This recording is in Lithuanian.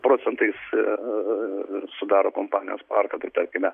procentais sudaro kompanijos parką tai tarkime